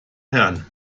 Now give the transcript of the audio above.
herrn